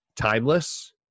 timeless